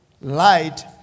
Light